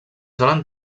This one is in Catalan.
solen